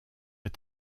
est